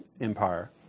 Empire